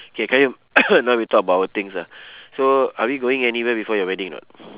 K qayyum now we talk about our things ah so are we going anywhere before your wedding or not